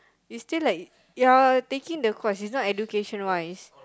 is still like you are taking the course is not education right